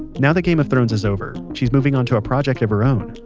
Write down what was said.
now that game of thrones is over, she's moving onto a project of her own,